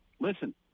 listen